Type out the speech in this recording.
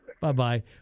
Bye-bye